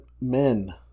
men